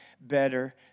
better